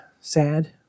Sad